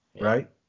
right